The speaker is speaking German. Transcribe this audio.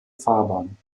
fahrbahn